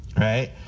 Right